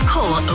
Call